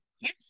Yes